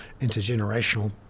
intergenerational